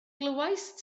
glywaist